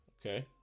Okay